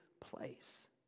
place